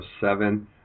seven